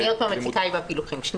אני עוד מציקה בפילוחים.